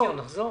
נחזור.